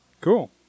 Cool